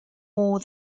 more